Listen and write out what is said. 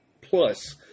plus